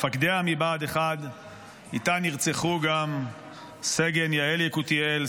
מפקדיה מבה"ד 1. איתה נרצחו גם סגן יעל יקותיאל,